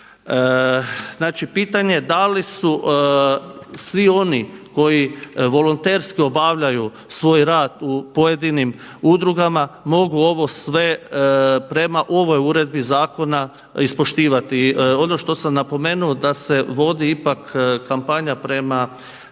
Znači pitanje je dali su svi oni koji volonterski obavljaju svoj rad u pojedinim udrugama mogu ovo sve prema ovoj uredbi zakona ispoštivati. Ono što sam napomenuo da se vodi ipak kampanja prema